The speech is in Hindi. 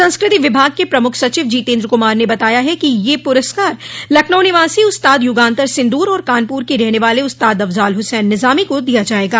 संस्कृति विभाग के प्रमुख सचिव जीतेन्द्र कुमार ने बताया है कि यह पुरस्कार लखनऊ निवासी उस्ताद युगान्तर सिन्दूर और कानपुर के रहने वाले उस्ताद अफ़ज़ाल हुसैन निज़ामी को दिया जायेगा